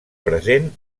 present